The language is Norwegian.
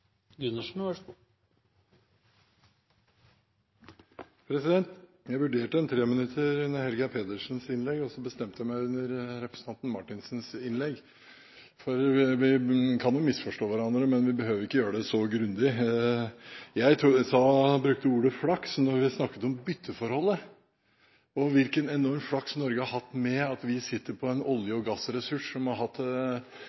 innlegg, og så bestemte jeg meg under representanten Marthinsens innlegg. For vi kan jo misforstå hverandre, men vi behøver ikke gjøre det så grundig. Jeg tror jeg brukte ordet «flaks» da vi snakket om bytteforholdet og hvilken enorm flaks Norge har hatt ved at vi sitter på en olje-